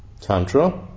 Tantra